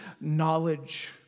knowledge